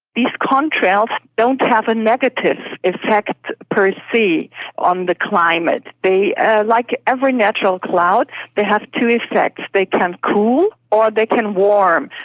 these contrails don't have a negative effect per se on the climate. ah like every natural cloud they have two effects they can cool or they can warm.